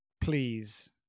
please